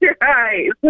right